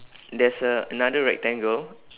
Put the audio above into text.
there's a another rectangle